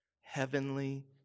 heavenly